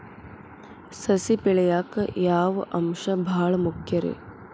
ಸಸಿ ಬೆಳೆಯಾಕ್ ಯಾವ ಅಂಶ ಭಾಳ ಮುಖ್ಯ ರೇ?